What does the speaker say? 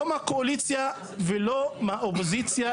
לא מהקואליציה ולא מהאופוזיציה,